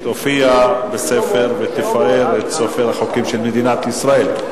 תופיע ותפאר את ספר החוקים של מדינת ישראל.